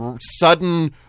sudden